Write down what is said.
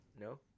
No